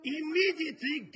immediately